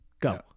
Go